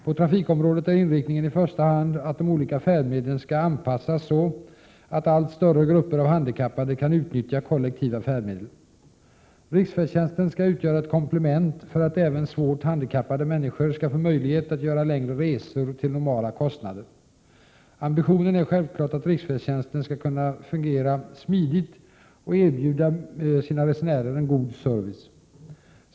På trafikområdet är inriktningen i första hand att de olika färdmedlen skall anpassas så att allt större grupper av handikappade kan utnyttja kollektiva färdmedel. Riksfärdtjänsten skall utgöra ett komplement för att även svårt handikappade människor skall få möjlighet att göra längre resor till normala kostnader. Ambitionen är självfallet att riksfärdtjänsten skall fungera smidigt och kunna erbjuda sina resenärer en god service.